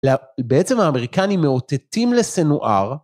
בעצם האמריקנים מאותתים לסינוואר.